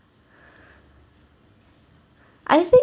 I think